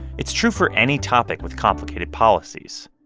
it's true for any topic with complicated policies.